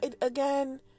again